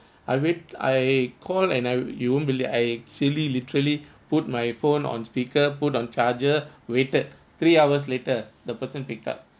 I wait I call and I you won't beli~ I silly literally put my phone on speaker put on charger waited three hours later the person pick up